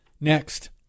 next